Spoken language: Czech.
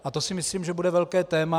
A to si myslím, že bude velké téma.